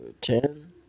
ten